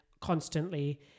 constantly